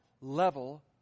level